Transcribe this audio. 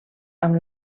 amb